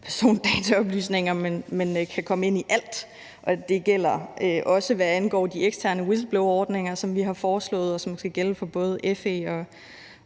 persondataoplysninger, men kan komme ind i alt. Det gælder også, hvad angår de eksterne whistleblowerordninger, som vi har foreslået, og som skal gælde for både FE og